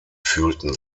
fühlten